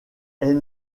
est